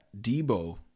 Debo